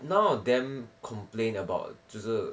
none of them complain about 就是